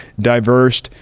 diverse